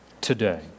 today